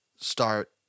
start